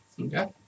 Okay